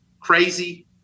crazy